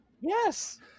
Yes